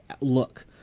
look